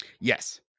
Yes